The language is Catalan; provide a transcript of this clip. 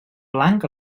blanc